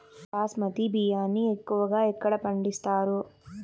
బాస్మతి బియ్యాన్ని ఎక్కువగా ఎక్కడ పండిస్తారు?